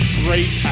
great